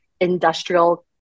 industrial